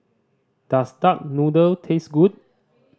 does duck noodle taste good